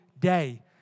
day